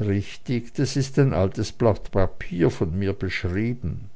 richtig das ist ein altes blatt papier von mir beschrieben